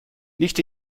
nicht